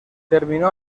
terminó